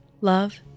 love